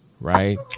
right